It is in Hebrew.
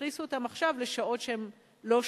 והכניסו אותן עכשיו לשעות שהן לא שקופות.